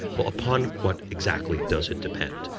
well upon what exactly does it depend?